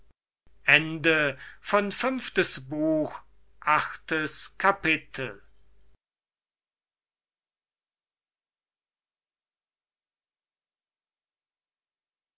fünftes buch erstes kapitel